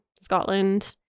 Scotland